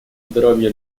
здоровья